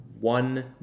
one